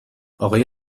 آقای